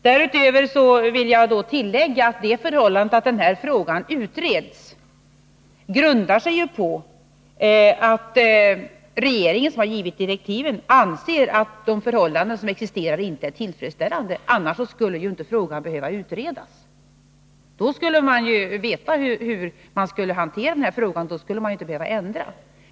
Därutöver vill jag tillägga att det förhållandet att denna fråga utreds grundar sig på att regeringen, som har givit direktiven, anser att de förhållanden som existerar inte är tillfredsställande — annars skulle frågan inte behöva utredas. Då skulle man ju veta hur man skall hantera frågan och skulle inte behöva ändra något.